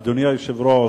אדוני היושב-ראש,